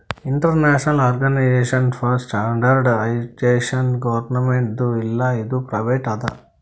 international Organization for Standardization ಗೌರ್ಮೆಂಟ್ದು ಇಲ್ಲ ಇದು ಪ್ರೈವೇಟ್ ಅದಾ